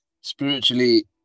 Spiritually